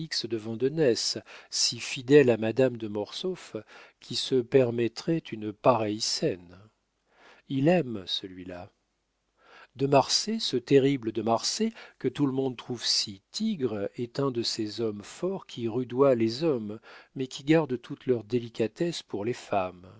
de vandenesse si fidèle à madame de mortsauf qui se permettrait une pareille scène il aime celui-là de marsay ce terrible de marsay que tout le monde trouve si tigre est un de ces hommes forts qui rudoient les hommes mais qui gardent toutes leurs délicatesses pour les femmes